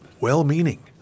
Well-meaning